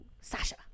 Sasha